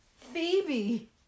Phoebe